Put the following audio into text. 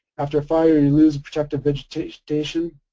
after a fire you lose protective vegetation,